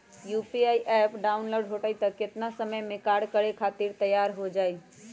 UPI app download होई त कितना समय मे कार्य करे खातीर तैयार हो जाई?